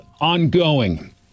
ongoing